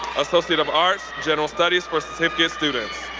associate of arts, general studies for certificate students.